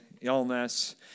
illness